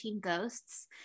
ghosts